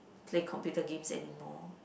play computer games anymore